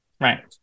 Right